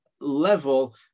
level